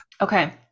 Okay